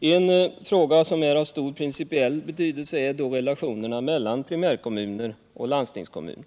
En fråga som är av stor principiell betydelse är då relationerna mellan primärkommuner och landstingskommuner.